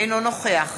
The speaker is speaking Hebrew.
אינו נוכח